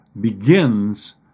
begins